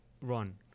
run